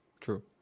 True